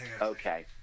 Okay